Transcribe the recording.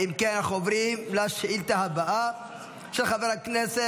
חבר הכנסת